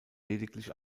lediglich